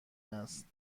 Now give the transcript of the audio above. است